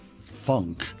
funk